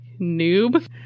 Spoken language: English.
Noob